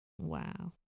Wow